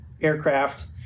aircraft